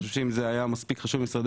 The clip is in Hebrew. אני חושב שאם זה היה מספיק חשוב למשרדי